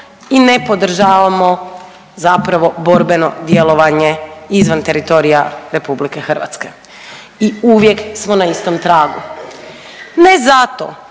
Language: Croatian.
i ne podržavamo zapravo borbeno djelovanje izvan teritorija RH i uvijek smo na istom tragu, ne zato